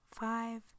five